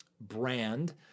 brand